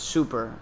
Super